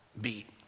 beat